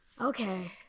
Okay